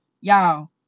y'all